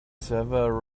server